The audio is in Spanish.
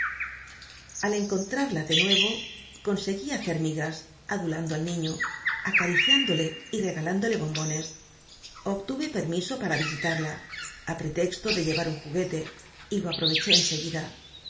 al encontrarla de nuevo conseguí hacer migas adulando al niño acariciándole y regalándole bombones obtuve permiso para visitarla á pretexto de llevar un juguete y lo aproveché en seguida